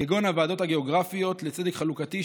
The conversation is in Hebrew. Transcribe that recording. כגון הוועדות הגיאוגרפיות לצדק חלוקתי,